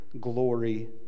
glory